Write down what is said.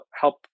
help